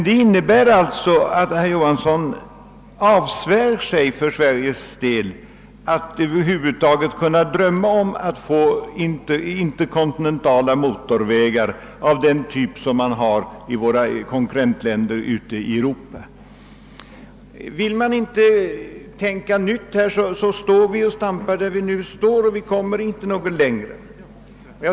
Det innebär att vi för Sveriges del avsvär oss möjligheten att över huvud taget drömma om interkontinentala motorvägar av den typ som man har i våra konkurrentländer ute i Europa. Vill vi inte tänka nytt i detta avseende, står vi och stampar där vi befinner oss och kommer inte längre.